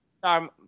Sorry